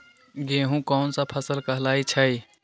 गेहूँ कोन सा फसल कहलाई छई?